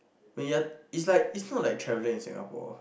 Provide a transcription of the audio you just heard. when you're is like is not like travelling in Singapore